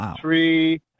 three